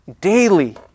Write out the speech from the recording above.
daily